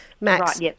Max